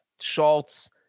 schultz